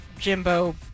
Jimbo